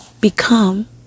become